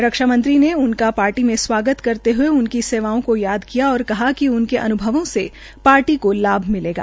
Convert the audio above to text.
रक्षा मंत्री ने उनका पार्टी में स्वागत करते हुए उनकी सेवाओं को याद किया और कहा कि उनके अनुभवों से पार्टी को लाभ मिलेगा